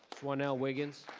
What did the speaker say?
swana wiggins?